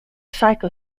psycho